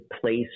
place